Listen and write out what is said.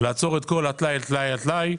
לעצור את כל הטלאי על טלאי,